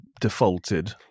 defaulted